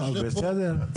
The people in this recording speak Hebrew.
טוב, בסדר.